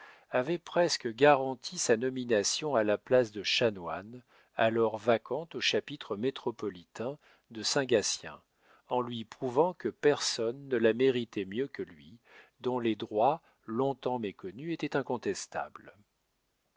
avaient presque garanti sa nomination à la place de chanoine alors vacante au chapitre métropolitain de saint gatien en lui prouvant que personne ne la méritait mieux que lui dont les droits long-temps méconnus étaient incontestables